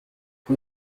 rue